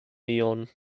neon